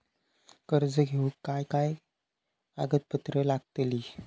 कर्ज घेऊक काय काय कागदपत्र लागतली?